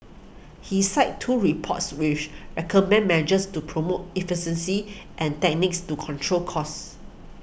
he cited two reports which recommended measures to promote efficiency and techniques to control costs